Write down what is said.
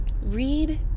read